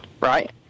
right